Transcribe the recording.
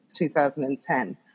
2010